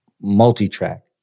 multi-track